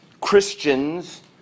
Christians